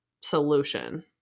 solution